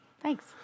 Thanks